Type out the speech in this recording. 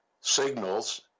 signals